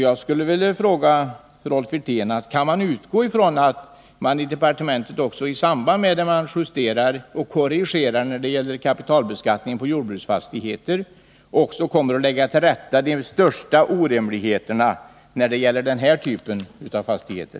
Jag skulle vilja fråga Rolf Wirtén: Kan vi utgå från att man i departementet, i samband med att man gör justeringar och korrigeringar när det gäller kapitalbeskattningen på jordbruksfastigheter, kommer att lägga till rätta de största orimligheterna också när det gäller den här typen av fastigheter?